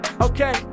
Okay